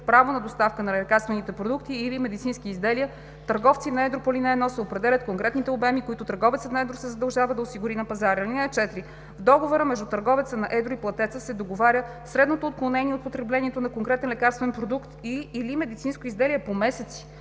право на доставка на лекарствени продукти и/или медицински изделия търговци на едро по ал. 1 се определят конкретните обеми, които търговецът на едро се задължава да осигури на пазара. (4) В договора между търговеца на едро и платеца се договаря средното отклонение от потреблението на конкретен лекарствен продукт и/или медицинско изделие по месеци.